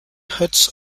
huts